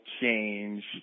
change